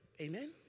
amen